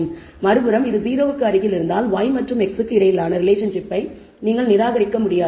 மறுபுறம் இது 0 க்கு அருகில் இருந்தால் y மற்றும் x க்கு இடையிலான ரிலேஷன்ஷிப்பை நீங்கள் நிராகரிக்க முடியாது